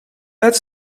pet